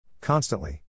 Constantly